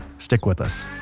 stick with us.